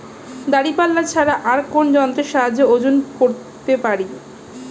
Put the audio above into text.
দাঁড়িপাল্লা ছাড়া আর কোন যন্ত্রের সাহায্যে ওজন করতে পারি?